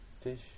Fish